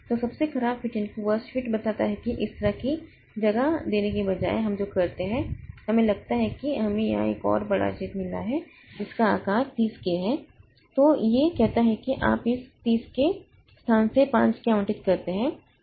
तो सबसे खराब फिट बताता है कि इस तरह की जगह देने के बजाय हम जो करते हैं हमें लगता है कि हमें यहां एक और बड़ा छेद मिला है जिसका आकार 30 K है तो यह कहता है कि आप इस 30 K स्थान से 5 K आवंटित करते हैं